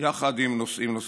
יחד עם נושאים נוספים.